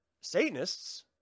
Satanists